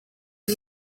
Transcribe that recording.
and